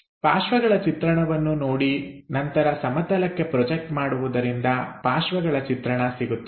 ಪಾರ್ಶ್ವಗಳನ್ನು ಚಿತ್ರಣವನ್ನು ನೋಡಿ ನಂತರ ಸಮತಲಕ್ಕೆ ಪ್ರೊಜೆಕ್ಟ್ ಮಾಡುವುದರಿಂದ ಪಾರ್ಶ್ವಗಳ ಚಿತ್ರಣ ಸಿಗುತ್ತದೆ